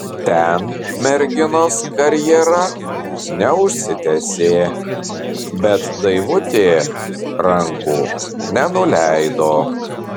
ten merginos karjera neužsitęsė bet daivutė rankų nenuleido